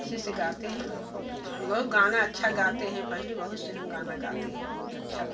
अच्छे से गाते हैं वह गाना अच्छा गाते हैं पहले बहुत से हम गाना हम गाते हैं बहुत अच्छा लगता है हमको